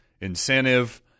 incentive